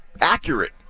accurate